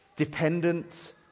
Dependent